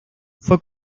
fue